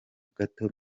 gato